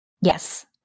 Yes